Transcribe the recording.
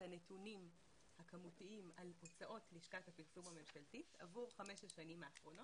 הנתונים הכמותיים על הוצאות לשכת הפרסום הממשלתית עבור חמש השנים האחרונות,